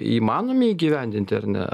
įmanomi įgyvendinti ar ne